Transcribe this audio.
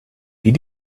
did